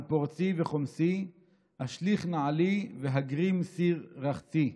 פורצי / וחומסי / אשליך נעלי בהגרים / סיר רחצי.